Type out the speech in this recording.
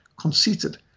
conceited